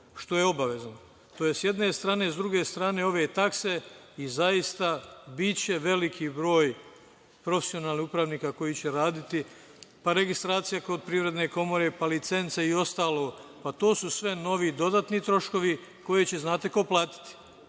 što je obavezno. To je s jedne strane, a s druge strane ove takse i zaista biće veliki broj profesionalnih upravnika koji će raditi, pa registracija kod privredne komore, pa licenca i ostalo. To su sve novi, dodatni troškovi koje ćemo plaćati